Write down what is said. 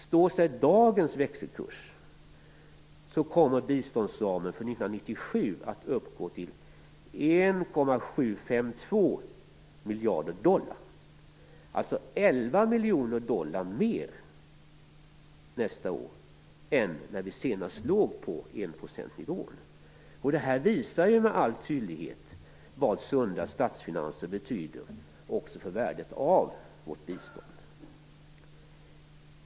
Står sig dagens växelkurs kommer biståndsramen för 1997 att uppgå till 1,752 miljarder dollar, alltså 11 miljoner dollar mer nästa år jämfört med då vi senaste låg på enprocentsnivån. Detta visar med all tydlighet vad sunda statsfinanser betyder också för värdet av vårt bistånd.